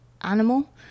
animal